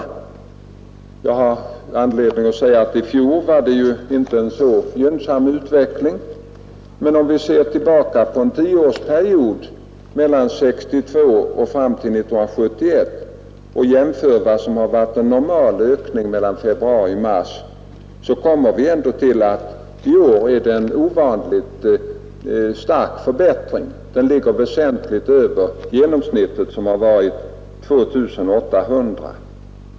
I fjol var utvecklingen inte så gynnsam, och om vi jämför med en normal ökning mellan februari och mars under tioårsperioden 1962-1971 innebär årets ökning en ovanligt stark förbättring. Siffran ligger väsentligt över genomsnittet, som har varit 2 800.